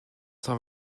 cent